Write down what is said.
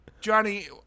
Johnny